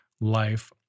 life